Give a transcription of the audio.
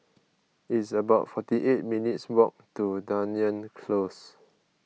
it's about forty eight minutes' walk to Dunearn Close